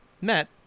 met